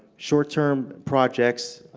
short-term projects,